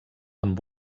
amb